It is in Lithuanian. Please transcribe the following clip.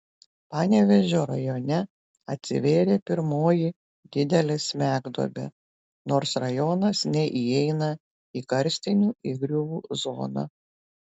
panevėžio rajone atsivėrė pirmoji didelė smegduobė nors rajonas neįeina į karstinių įgriuvų zoną